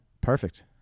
perfect